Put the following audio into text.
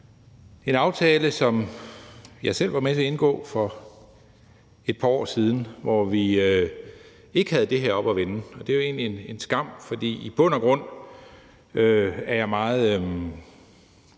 en aftale, som jeg selv var med til at indgå for par år siden, hvor vi ikke havde det her oppe at vende. Og det er jo egentlig en skam, for i bund og grund er jeg meget